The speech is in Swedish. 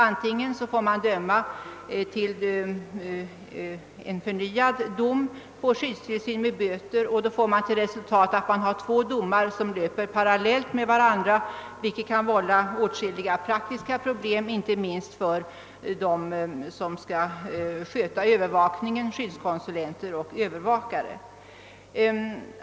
Den första möjligheten är att avkunna en dom på förnyad skyddstillsyn med böter; resultatet blir att två domar löper parallellt med varandra, vilket kan vålla åtskilliga praktiska problem inte minst för dem som skall sköta övervakningen, nämligen skyddskonsulenter och övervakare.